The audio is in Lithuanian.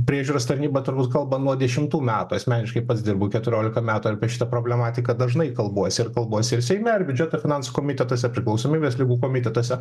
priežiūros tarnyba turbūt kalba nuo dešimtų metų asmeniškai pats dirbu keturiolika metų apie šitą problematiką dažnai kalbuosi ir kalbuosi ir seime ir biudžeto finansų komitetuose priklausomybės ligų komitetuose